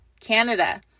Canada